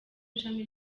ishami